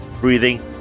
breathing